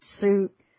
suit